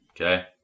Okay